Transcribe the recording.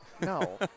No